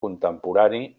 contemporani